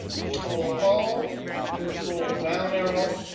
control-home, control-down arrow,